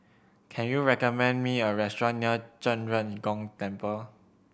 can you recommend me a restaurant near Zhen Ren Gong Temple